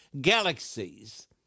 galaxies